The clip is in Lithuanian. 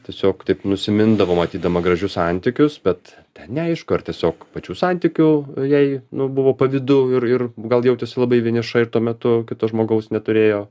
tiesiog taip nusimindavo matydama gražius santykius bet neaišku ar tiesiog pačių santykių jei nu buvo pavydu ir ir gal jautėsi labai vieniša ir tuo metu kito žmogaus neturėjo